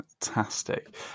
Fantastic